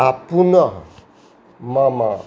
आओर पुनः मामा